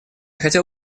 хотел